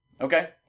Okay